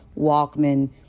Walkman